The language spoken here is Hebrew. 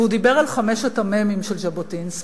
והוא דיבר על חמשת המ"מים של ז'בוטינסקי,